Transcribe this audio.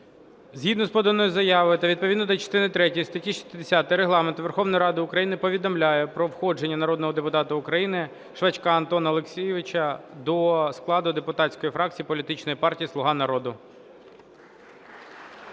Згідно із поданою заявою та відповідно до частини третьої статті 60 Регламенту Верховної Ради України повідомляю про входження народного депутата України Швачка Антона Олексійовича до складу депутатської фракції політичної партії "Слуга народу".